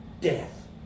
Death